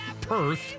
Perth